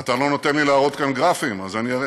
אתה לא נותן לי להראות כאן גרפים, אז אראה.